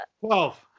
Twelve